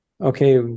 okay